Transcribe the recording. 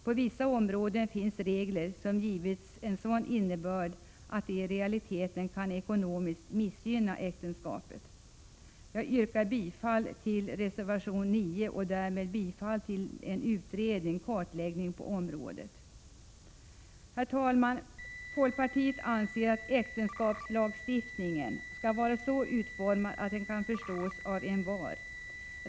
På vissa områden finns regler som givits en sådan innebörd att de i realiteten kan ekonomiskt missgynna äktenskapet. Jag yrkar bifall till reservation 9 och därmed bifall till en utredning och kartläggning på området. Herr talman! Folkpartiet anser att äktenskapslagstiftningen skall vara så utformad att den kan förstås av envar.